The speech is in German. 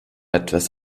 etwas